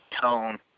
tone